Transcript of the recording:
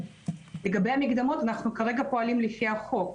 לגבי המקדמות אנחנו כרגע פועלים לפי החוק.